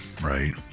right